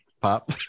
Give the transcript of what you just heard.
pop